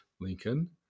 Lincoln